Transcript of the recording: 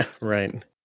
Right